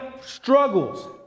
struggles